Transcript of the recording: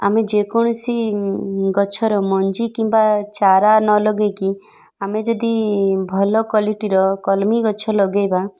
ଆମେ ଯେକୌଣସି ଗଛର ମଞ୍ଜି କିମ୍ବା ଚାରା ନ ଲଗେଇକି ଆମେ ଯଦି ଭଲ କ୍ୱାଲିଟିର କଲ୍ମି ଗଛ ଲଗେଇବା